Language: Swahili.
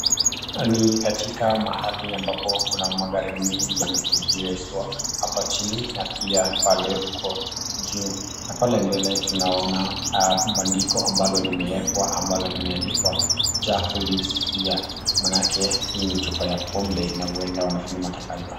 Ni katika mahali ambapo kuna magari mengi yameegeshwa hapa chini na pia pale uko juu na pale mbele tunaona bandiko ambalo limewekwa ambalo limeandikwa Jack [cs[lives here maanake hii ni chupa ya pombe na huenda wanafanya matangazo hayo.